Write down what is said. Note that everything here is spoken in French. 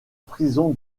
prison